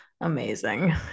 Amazing